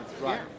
Right